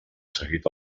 seguit